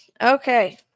Okay